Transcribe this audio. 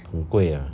很贵 ah